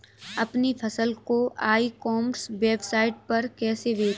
अपनी फसल को ई कॉमर्स वेबसाइट पर कैसे बेचें?